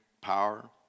power